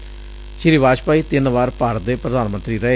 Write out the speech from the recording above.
ਉਨਾਂ ਦੇ ਸ੍ਰੀ ਵਾਜਪਾਈ ਤਿੰਨ ਵਾਰ ਭਾਰਤ ਦੇ ਪ੍ਰਧਾਨ ਮੰਤਰੀ ਰਹੇ